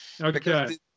okay